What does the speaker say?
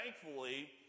thankfully